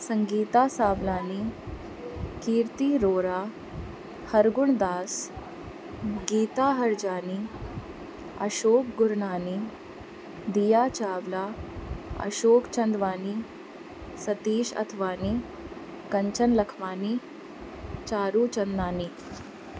Sangeeta Savlani Kirti Rohra Hargundas Geeta Harjani Ashok Gurnani Diya Chawla Ashok Chandwani Satish Athwani Kanchan Lakhmani Charu Chandnani